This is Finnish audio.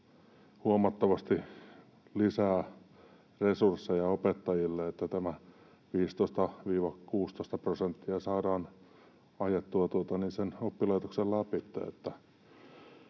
huomattavasti lisää resursseja opettajille, että tämä 15—16 prosenttia saadaan ajettua sen oppilaitoksen lävitse.